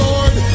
Lord